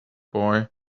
boy